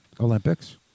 Olympics